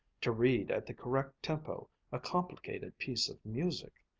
to read at the correct tempo a complicated piece of music,